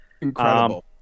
Incredible